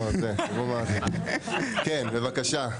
כן בבקשה.